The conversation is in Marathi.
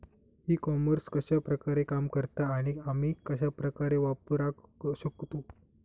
ई कॉमर्स कश्या प्रकारे काम करता आणि आमी कश्या प्रकारे वापराक शकतू?